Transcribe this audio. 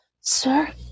Sir